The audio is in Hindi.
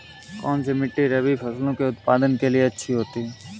कौनसी मिट्टी रबी फसलों के उत्पादन के लिए अच्छी होती है?